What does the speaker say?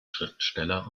schriftsteller